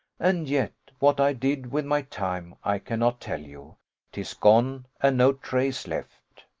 and yet what i did with my time i cannot tell you tis gone, and no trace left.